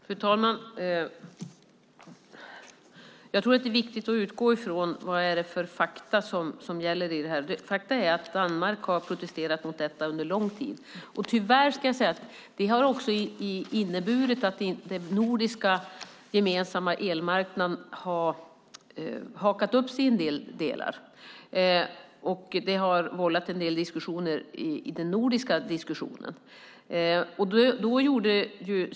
Fru talman! Jag tror att det är viktigt att utgå ifrån vilka fakta som gäller i det här fallet. Fakta är att Danmark har protesterat mot detta under lång tid. Tyvärr har det också inneburit att den gemensamma nordiska elmarknaden har hakat upp sig i en del delar. Det har vållat en del diskussioner i Norden.